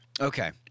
Okay